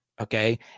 okay